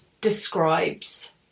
describes